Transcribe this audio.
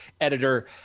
editor